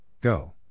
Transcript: Go